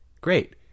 great